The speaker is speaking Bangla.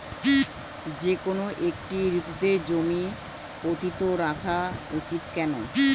যেকোনো একটি ঋতুতে জমি পতিত রাখা উচিৎ কেন?